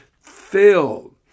filled